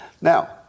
Now